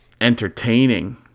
entertaining